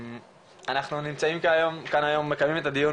אנחנו נמצאים כאן היום מקיימים את הדיון